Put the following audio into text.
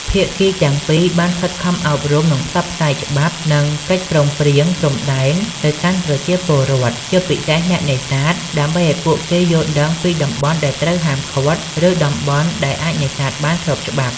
ភាគីទាំងពីរបានខិតខំអប់រំ និងផ្សព្វផ្សាយច្បាប់ និងកិច្ចព្រមព្រៀងព្រំដែនទៅកាន់ប្រជាពលរដ្ឋ ជាពិសេសអ្នកនេសាទ ដើម្បីឱ្យពួកគេយល់ដឹងពីតំបន់ដែលត្រូវហាមឃាត់ ឬតំបន់ដែលអាចនេសាទបានស្របច្បាប់។